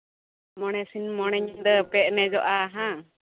ᱢᱚᱬᱮ ᱥᱤᱧ ᱢᱚᱬᱮ ᱧᱤᱫᱟᱹ ᱯᱮ ᱮᱱᱮᱡᱚᱜᱼᱟ ᱦᱟᱜ